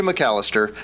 McAllister